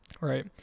right